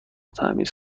تمیز